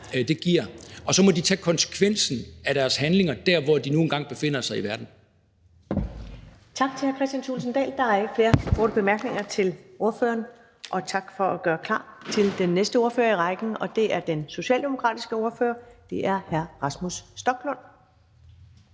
giver. Og så må de tage konsekvensen af deres handlinger der, hvor de nu engang befinder sig i verden.